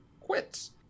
quits